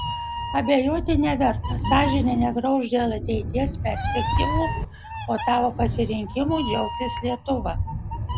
abejoti neverta sąžinė negrauš dėl ateities perspektyvų o tavo pasirinkimu džiaugsis lietuva